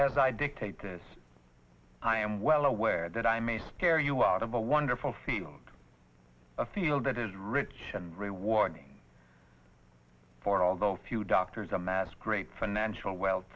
as i dictate this i am well aware that i may scare you out of a wonderful field a field that is rich and rewarding for although few doctors amass great financial we